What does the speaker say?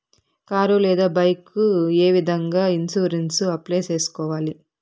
car లేదా bike ఏ విధంగా ఇన్సూరెన్సు అప్లై సేసుకోవాలి